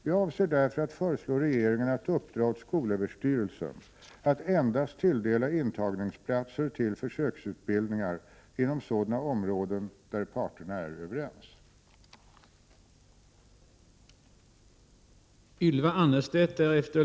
Jag avser därför att föreslå regeringen att uppdra åt skolöverstyrelsen att tilldela intagningsplatser till försöksutbildningar endast inom sådana områden där parterna är överens.